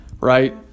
right